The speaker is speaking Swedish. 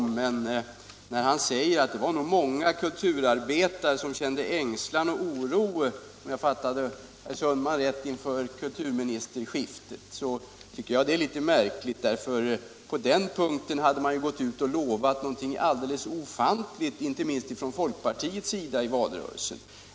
När herr Sundman säger — om jag har fattat honom rätt — att det nog var många kulturarbetare som kände ängslan och oro inför kulturministerskiftet tycker jag att det är litet märkligt, för på den punkten hade man ju gått ut i valrörelsen med alldeles ofantliga löften, inte minst från folkpartiets sida.